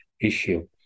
issue